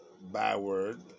byword